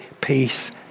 peace